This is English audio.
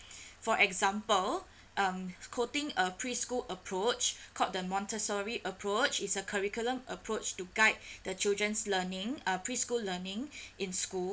for example um quoting a preschool approach called the montessori approach is a curriculum approach to guide the children's learning uh preschool learning in school